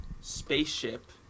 spaceship